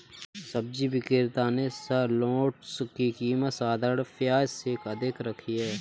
सब्जी विक्रेता ने शलोट्स की कीमत साधारण प्याज से अधिक रखी है